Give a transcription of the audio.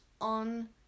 on